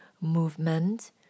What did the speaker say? movement